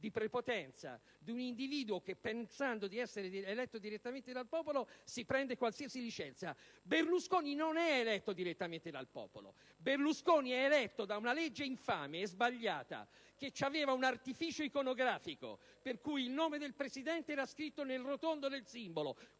di prepotenza di un individuo che, pensando di essere eletto direttamente dal popolo, si prende qualsiasi licenza. *(Commenti dal Gruppo PdL).* Berlusconi non è eletto direttamente dal popolo! Berlusconi è eletto da una legge infame e sbagliata che aveva l'artificio iconografico per cui il nome del Presidente era scritto nel tondo del simbolo.